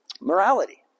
morality